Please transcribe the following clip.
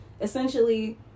Essentially